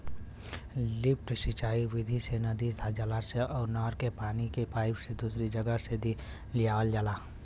lift सिंचाई विधि से नदी, जलाशय अउर नहर के पानी के पाईप से दूसरी जगह पे लियावल जाला